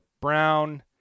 Brown